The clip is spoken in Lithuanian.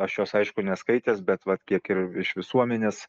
aš jos aišku neskaitęs bet vat kiek ir iš visuomenės